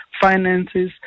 finances